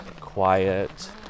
quiet